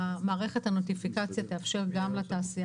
מערכת הנוטיפיקציה תאפשר גם לתעשייה